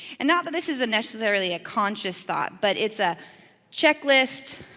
and not that this is necessarily a conscious thought, but it's a checklist,